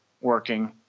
working